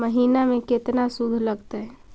महिना में केतना शुद्ध लगतै?